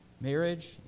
marriage